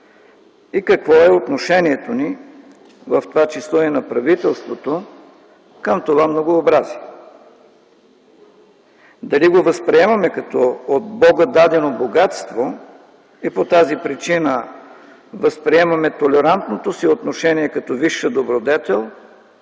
и какво е отношението ни, в това число и на правителството към това многообразие. Дали го възприемаме като от Бога дадено богатство и по тази причина възприемаме толерантното си отношение като висша добродетел?